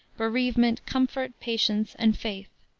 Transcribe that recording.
bereavement, comfort, patience and faith.